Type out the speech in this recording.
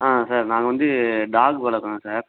ஆ sir நாங்கள் வந்து dog வளர்க்கறோம் சார்